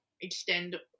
extend